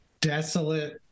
desolate